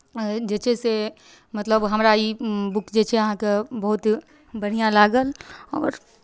जे छै से मतलब हमरा ई बुक जे छै अहाँके बहुत बढ़िआँ लागल आओर